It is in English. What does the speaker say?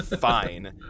fine